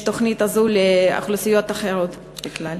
תוכנית כזאת לאוכלוסיות אחרות בכלל?